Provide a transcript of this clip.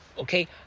Okay